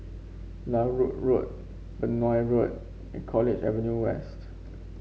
Larut Road Benoi Road and College Avenue West